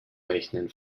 rechnen